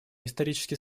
исторически